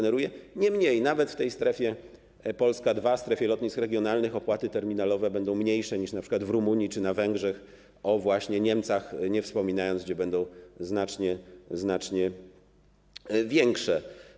Niemniej nawet w tej strefie Polska 2, strefie lotnisk regionalnych, opłaty terminalowe będą mniejsze niż np. w Rumunii czy na Węgrzech, o Niemczech nie wspominając, gdzie będą znacznie większe.